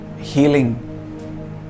healing